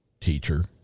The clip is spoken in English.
teacher